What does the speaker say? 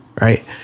Right